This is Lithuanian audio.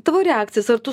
tavo reakcijas ar tu